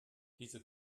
diese